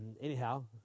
Anyhow